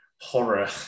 horror